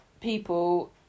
people